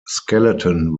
skeleton